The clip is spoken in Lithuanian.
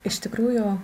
iš tikrųjų